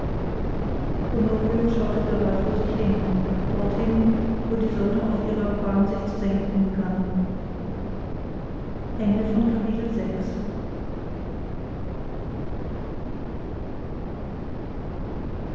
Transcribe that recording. honorio schaute gerad vor sich hin dorthin wo die sonne auf ihrer bahn sich zu senken begann